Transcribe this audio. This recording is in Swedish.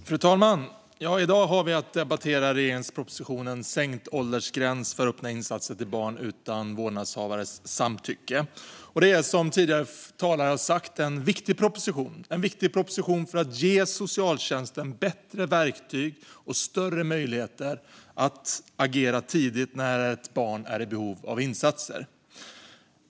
Fru talman! I dag har vi att debattera regeringspropositionen En sänkt åldersgräns för öppna insatser till barn utan vårdnadshavarens samtycke . Det är, som tidigare talare har sagt, en viktig proposition därför att den ger socialtjänsten bättre verktyg och större möjligheter att agera tidigt när ett barn är i behov av insatser.